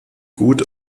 gut